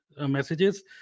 messages